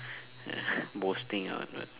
ya boasting or what